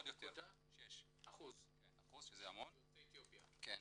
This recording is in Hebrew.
אתה יכול לציין